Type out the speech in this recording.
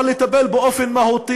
אבל לטפל באופן מהותי,